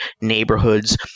neighborhoods